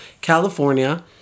california